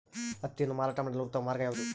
ಹತ್ತಿಯನ್ನು ಮಾರಾಟ ಮಾಡಲು ಉತ್ತಮ ಮಾರ್ಗ ಯಾವುದು?